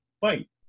fight